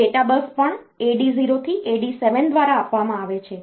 data bus પણ AD0 થી AD7 દ્વારા આપવામાં આવે છે